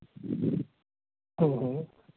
ᱦᱮᱸ ᱦᱮᱸ